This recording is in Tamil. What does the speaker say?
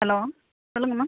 ஹலோ சொல்லுங்கள் மேம்